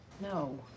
No